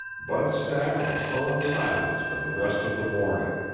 bud sat in sullen silence for the rest of the morning.